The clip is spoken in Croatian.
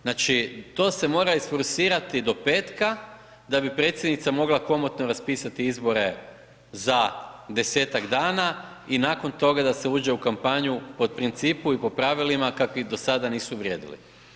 Znači to se mora isforsirati do petka da bi predsjednica mogla komotno raspisati izbora za 10-tak dana i nakon toga da se uđe u kampanju po principu i po pravilima kakvi do sada nisu vrijedili.